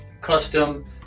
custom